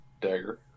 dagger